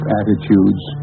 attitudes